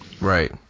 Right